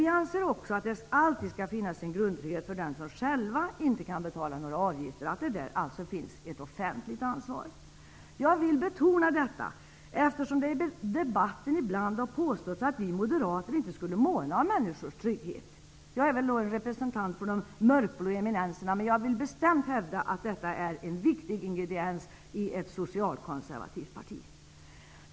Vi anser också att det alltid skall finnas en grundtrygghet för dem som själva inte kan betala in några avgifter. Det skall alltså finnas ett offentligt ansvar. Jag vill betona detta eftersom det i debatten ibland har påståtts att vi moderater inte skulle måna om människors trygghet. Jag är då en representant för de mörkblå eminenserna. Jag vill bestämt hävda att trygghet är en viktig ingrediens i ett socialkonservativt parti.